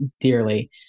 dearly